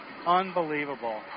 unbelievable